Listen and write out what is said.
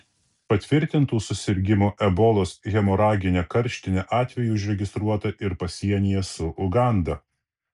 patvirtintų susirgimo ebolos hemoragine karštine atvejų užregistruota ir pasienyje su uganda